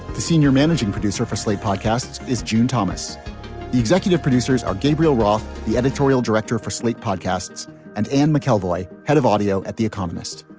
the senior managing producer for slate podcasts is june thomas the executive producers are gabriel roth the editorial director for slate podcasts and anne mcelroy head of audio at the economist.